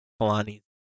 Kalani